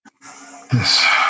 Yes